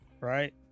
Right